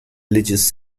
religious